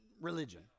religion